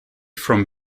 from